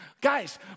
Guys